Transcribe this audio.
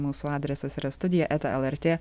mūsų adresas yra studija eta lrt